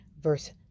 verse